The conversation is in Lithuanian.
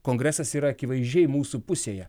kongresas yra akivaizdžiai mūsų pusėje